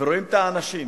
ורואים את האנשים,